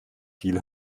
viel